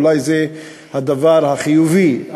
אולי זה הדבר החיובי,